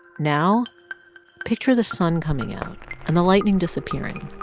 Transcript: now picture the sun coming out and the lightning disappearing.